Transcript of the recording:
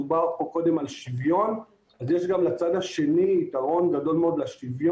אם דובר פה קודם על שוויון אז יש גם לצד השני יתרון גדול מאוד לשוויון,